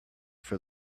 for